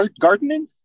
Gardening